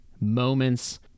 moments